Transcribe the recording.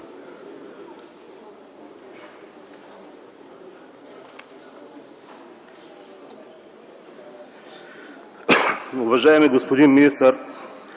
Уважаеми господин министър,